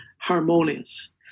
harmonious